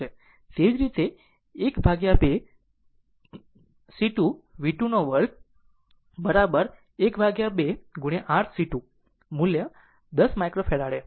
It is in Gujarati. તેવી જ રીતે 12 c 2 v 2 2 12 r c 2 મુલ્ય 10 માઇક્રોફેરાડે